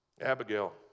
Abigail